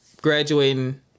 graduating